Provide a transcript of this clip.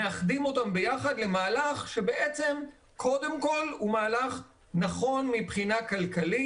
מאחדים אותם ביחד למהלך שקודם כל הוא מהלך נכון מבחינה כלכלית.